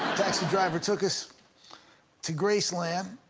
taxi driver took us to graceland,